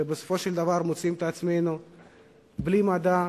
ובסופו של דבר אנחנו מוצאים את עצמנו בלי מדע,